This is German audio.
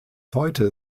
heute